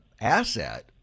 asset